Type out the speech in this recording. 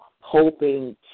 hoping